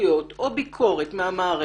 הסתייגויות או ביקורת על המערכת,